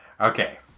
Okay